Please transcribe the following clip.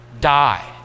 die